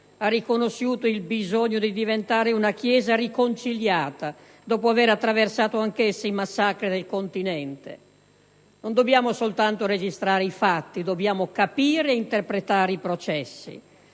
ha riconosciuto il bisogno di diventare una Chiesa riconciliata, dopo aver attraversato anch'essa i massacri del Continente. Non dobbiamo soltanto registrare i fatti, ma dobbiamo capire ed interpretare i processi.